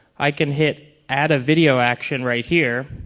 i can hit add a video action right here